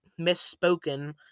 misspoken